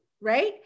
right